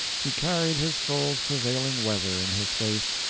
he carried his soul's prevailing weather in his face,